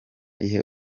ihe